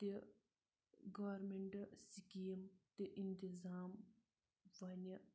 تہِ گورنمیٚنٹ سِکیٖم تہِ انتظام وۄنہِ